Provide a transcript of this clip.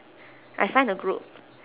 I find the group